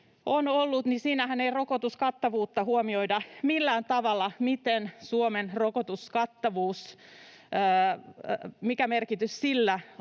siinähän ei rokotuskattavuutta huomioida millään tavalla: mikä merkitys Suomen